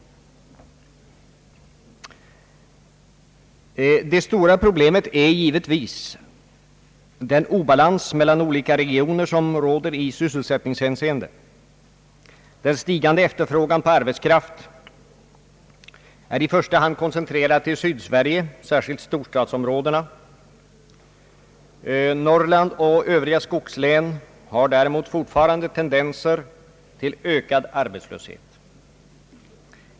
Det stora problemet är givetvis den obalans mellan olika regioner som råder i sysselsättningshänseende. Den stigande efterfrågan på arbetskraft är i första hand koncentrerad till Sydsverige, särskilt storstadsområdena. Norrlandslänen och övriga skogslän har däremot fortfarande tendenser till ökad arbetslöshet.